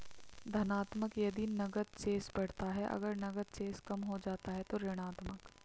धनात्मक यदि नकद शेष बढ़ता है, अगर नकद शेष कम हो जाता है तो ऋणात्मक